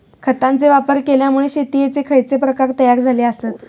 खतांचे वापर केल्यामुळे शेतीयेचे खैचे प्रकार तयार झाले आसत?